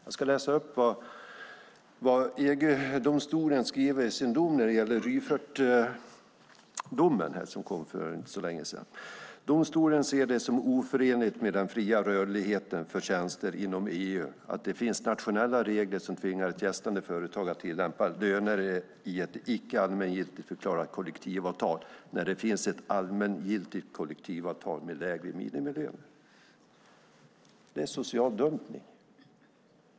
Jag ska läsa upp vad EG-domstolen skriver i Rüffertdomen, som kom för inte så länge sedan: Domstolen ser det som oförenligt med den fria rörligheten för tjänster inom EU att det finns nationella regler som tvingar ett gästande företag att tillämpa löner i ett icke-allmängiltigt förklarat kollektivavtal när det finns ett allmängiltigt kollektivavtal med längre minimilön. Det är social dumpning.